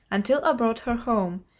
until i brought her home,